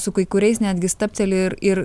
su kai kuriais netgi stabteli ir ir